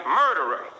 murderer